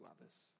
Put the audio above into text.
others